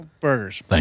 burgers